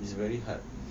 it's very hard